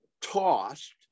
tossed